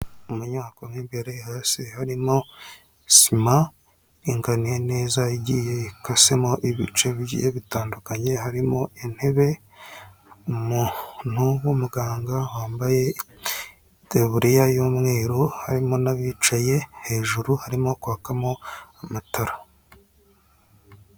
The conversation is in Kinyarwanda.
Mu nyubako n'imbere hasi harimo sima iringaniye nezagiye ikasemo ibice bigiye bitandukanye harimo intebe, umuntu w'umuganga wambaye itaburiya y'umweru, harimo n'abicaye hejuru harimo kwakamo amatara.